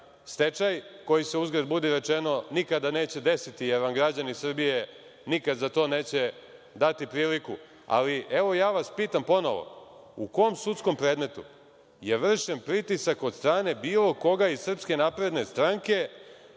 stečaj, koji se uzgred budi rečeno, nikada neće desiti, jer vam građani Srbije nikad za to neće dati priliku. Ali, evo ja vas pitam ponovo - u kom sudskom predmetu je vršen pritisak od strane bilo koga od SNS na bilo